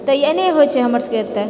तऽ अहिने होइत छेै हमर सभक एतय